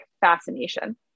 fascination